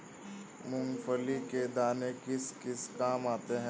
मूंगफली के दाने किस किस काम आते हैं?